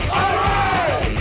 alright